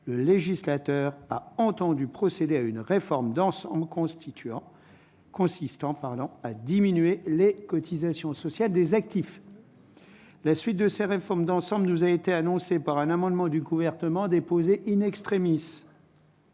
le législateur a entendu procéder à une réforme en constituant consistant parlant à diminuer les cotisations sociales des actifs, la suite de ces réformes d'ensemble nous a été annoncé par un amendement du coup ouvertement in-extremis.